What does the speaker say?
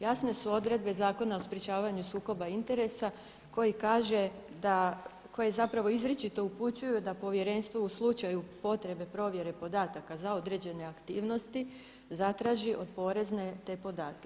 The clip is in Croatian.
Jasne su odredbe Zakona o sprječavanju sukoba interesa koji kaže da, koji zapravo izričito upućuju da povjerenstvo u slučaju potrebe provjere podataka za određene aktivnosti zatraži od porezne te podatke.